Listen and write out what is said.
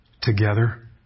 together